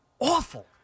awful